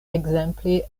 ekzemple